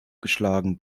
geschlagen